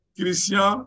Christian